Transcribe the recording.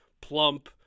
plump